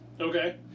Okay